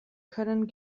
können